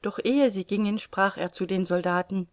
doch ehe sie gingen sprach er zu den soldaten